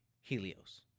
helios